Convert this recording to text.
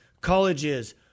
colleges